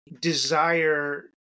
desire